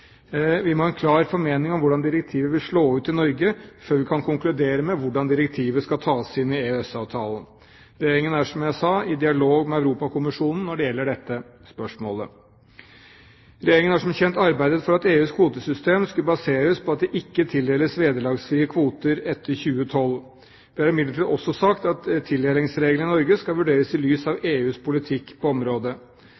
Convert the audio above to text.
Vi må ha en klar formening om hvordan direktivet vil slå ut i Norge før vi kan konkludere med hvordan direktivet skal tas inn i EØS-avtalen. Regjeringen er, som jeg sa, i dialog med Europakommisjonen når det gjelder dette spørsmålet. Regjeringen har som kjent arbeidet for at EUs kvotesystem skulle baseres på at det ikke tildeles vederlagsfrie kvoter etter 2012. Vi har imidlertid også sagt at tildelingsreglene i Norge skal vurderes i lys av